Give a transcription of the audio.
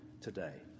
today